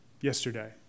yesterday